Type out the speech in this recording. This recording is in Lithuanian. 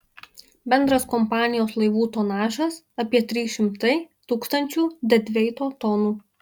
bendras kompanijos laivų tonažas apie trys šimtai tūkstančių dedveito tonų